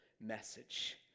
message